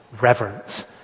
reverence